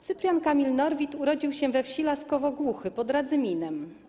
Cyprian Kamil Norwid urodził się we wsi Laskowo-Głuchy pod Radzyminem.